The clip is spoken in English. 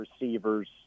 receivers